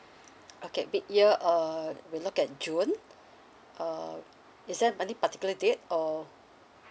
okay mid year uh we look at june uh is there any particular date or